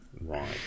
right